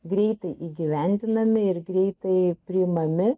greitai įgyvendinami ir greitai priimami